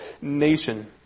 nation